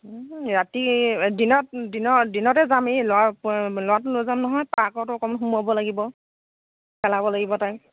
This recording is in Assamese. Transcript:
ৰাতি দিনত দিনত দিনতে যাম এই ল'ৰা ল'ৰাটো লৈ যাম নহয় পাৰ্কত অকণ সুমোৱাব লাগিব খেলাব লাগিব তাক